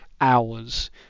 hours